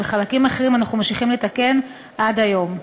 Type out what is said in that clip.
וחלקים אחרים אנחנו ממשיכים לתקן עד היום.